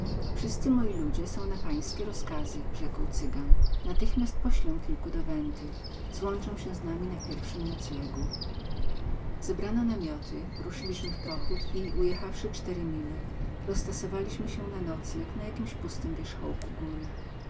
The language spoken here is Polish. wszyscy moi ludzie są na pana rozkazy rzekł cygan natychmiast poślę kilku do venty którzy złączą się z nami na pierwszym noclegu zebrano namioty ruszyliśmy w pochód i ujechawszy cztery mile roztasowaliśmy się na nocleg na jakimś pustym wierzchołku góry